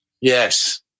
Yes